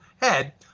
head